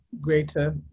greater